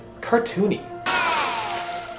cartoony